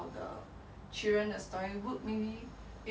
!huh! but not really stick lah like 赚不到什么钱吗